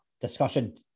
discussion